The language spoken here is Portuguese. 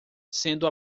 sendo